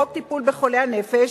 חוק טיפול בחולי הנפש,